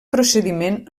procediment